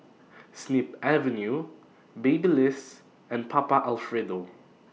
Snip Avenue Babyliss and Papa Alfredo